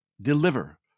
Deliver